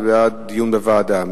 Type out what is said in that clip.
זה בעד דיון בוועדה,